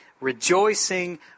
rejoicing